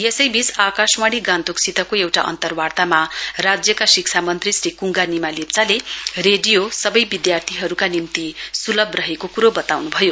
यसैवीच आकाशवाणी गान्तोकसितको एउटा अन्तर्वातामा राज्यका शिक्षा मन्त्री श्री कुंगा निमा लेप्चाले रेडियो सवै विधार्थीहरुका निम्ति सुलभ रहेको कुरो वताउनु भयो